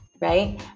right